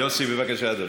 יוסי, בבקשה אדוני.